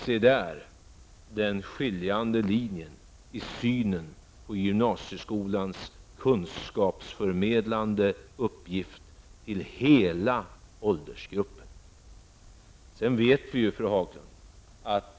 Se där den skiljande linjen i synen på gymnasieskolans uppgift att förmedla kunskap till hela åldersgruppen.